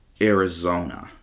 Arizona